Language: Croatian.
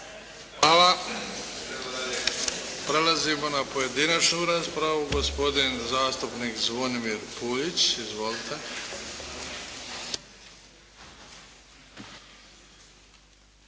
Hvala. Prelazimo na pojedinačnu raspravu. Gospodin zastupnik Zvonimir Puljić. Izvolite.